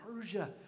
Persia